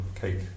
cake